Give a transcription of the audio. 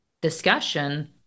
discussion